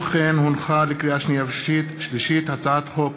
הצעת חוק